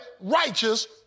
righteous